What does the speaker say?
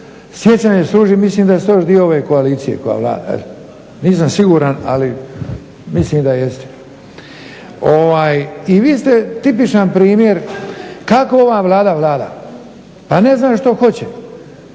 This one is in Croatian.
sjećanje služi mislim da ste još dio ove koalicije koja vlada, nisam siguran ali mislim da jeste i vi ste tipičan primjer kako ova Vlada vlada, pa ne znam što hoće.